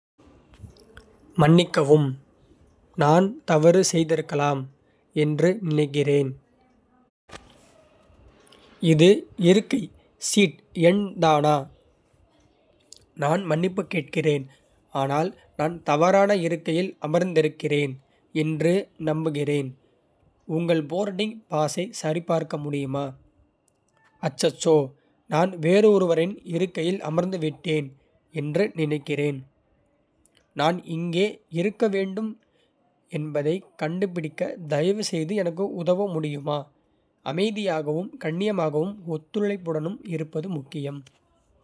மன்னிக்கவும், நான் தவறு செய்திருக்கலாம் என்று நினைக்கிறேன். இது இருக்கை [சீட் எண்]தானா. நான் மன்னிப்பு கேட்கிறேன், ஆனால் நான் தவறான இருக்கையில் அமர்ந்திருக்கிறேன் என்று நம்புகிறேன். உங்கள் போர்டிங் பாஸைச் சரிபார்க்க முடியுமா. அச்சச்சோ, நான் வேறொருவரின் இருக்கையில் அமர்ந்துவிட்டேன் என்று நினைக்கிறேன். நான் எங்கே இருக்க வேண்டும் என்பதைக் கண்டுபிடிக்க தயவுசெய்து எனக்கு உதவ முடியுமா. அமைதியாகவும், கண்ணியமாகவும், ஒத்துழைப்புடனும் இருப்பது முக்கியம்.